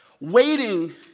Waiting